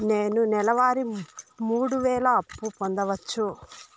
నేను నెల వారి మూడు వేలు అప్పు పొందవచ్చా?